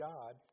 God